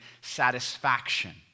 satisfaction